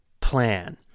plan